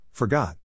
Forgot